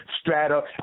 strata